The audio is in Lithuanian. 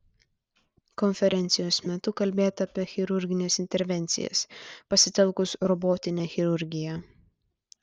konferencijos metu kalbėta apie chirurgines intervencijas pasitelkus robotinę chirurgiją